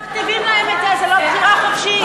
אתם מכתיבים להן את זה, זו לא בחירה חופשית.